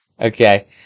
Okay